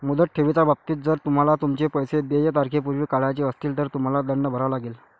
मुदत ठेवीच्या बाबतीत, जर तुम्हाला तुमचे पैसे देय तारखेपूर्वी काढायचे असतील, तर तुम्हाला दंड भरावा लागेल